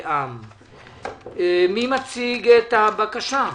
מי מציג את הבקשה?